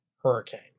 Hurricane